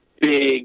big